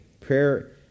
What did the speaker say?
prayer